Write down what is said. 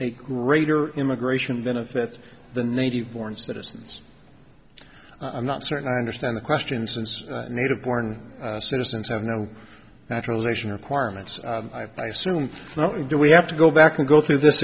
a greater immigration benefit the native born citizens i'm not certain i understand the question since native born citizens have no naturalization requirements i assume no do we have to go back and go through this